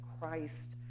Christ